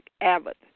Abbott